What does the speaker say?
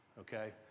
Okay